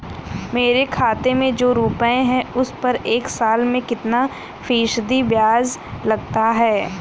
मेरे खाते में जो रुपये हैं उस पर एक साल में कितना फ़ीसदी ब्याज लगता है?